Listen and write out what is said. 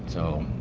so,